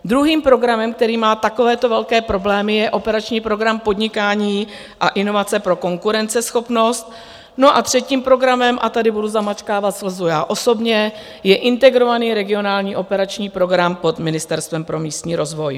Druhým programem, který má takovéto velké problémy, je Operační program Podnikání a inovace pro konkurenceschopnost a třetím programem, a tady budu zamačkávat slzu já osobně, je Integrovaný regionální operační program pod Ministerstvem pro místní rozvoj.